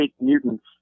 mutants